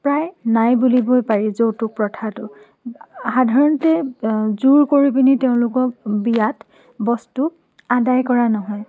প্ৰায় নাই বুলিবই পাৰি যৌতুক প্ৰথাটো সাধাৰণতে জোৰ কৰি পিনি তেওঁলোকক বিয়াত বস্তু আদায় কৰা নহয়